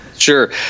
Sure